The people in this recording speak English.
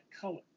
color